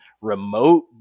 remote